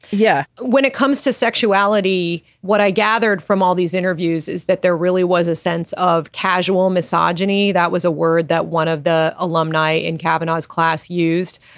yeah when it comes to sexuality what i gathered from all these interviews is that there really was a sense of casual misogyny that was a word that one of the alumni in cavanaugh's class used.